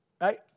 right